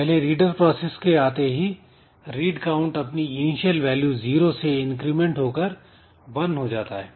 पहले reader process के आते ही "रीड काउंट" अपनी इनिशियल वैल्यू जीरो से इंक्रीमेंट होकर 1 हो जाता है